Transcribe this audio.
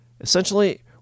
essentially